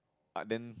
but then